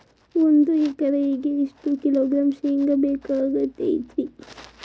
ಒಂದು ಎಕರೆಗೆ ಎಷ್ಟು ಕಿಲೋಗ್ರಾಂ ಶೇಂಗಾ ಬೇಕಾಗತೈತ್ರಿ?